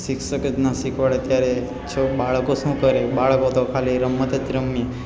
શિક્ષક જ ન શીખવાડે ત્યારે છો બાળકો શું કરે બાળકો તો ખાલી રમત જ રમે